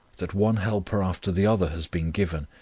that one helper after the other has been given,